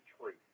truth